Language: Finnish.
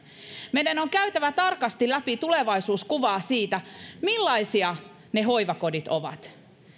meidän on käytävä tarkasti läpi tulevaisuuskuvaa siitä millaisia hoivakodit ovat